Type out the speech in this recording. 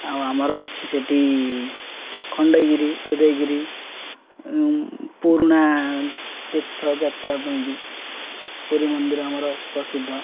ଆଉ ଆମର ଅଛି ସେଠି ଖଣ୍ଡଗିରି ଉଦୟଗିରି ପୁରୁଣା ତୀର୍ଥଯାତ୍ରା ପାଇଁ ବି ପୁରୀ ମନ୍ଦିର ଆମର ପ୍ରସିଦ୍ଧ